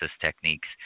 techniques